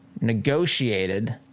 negotiated